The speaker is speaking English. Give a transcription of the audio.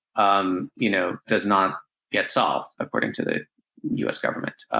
um you know, does not get solved, according to the us government.